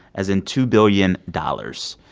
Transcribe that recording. as in two billion dollars.